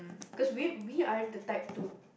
cause we we are in the type to